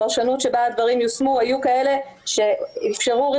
אבל הפרשנות שבה הדברים יושמו היו כאלה שאפשרו את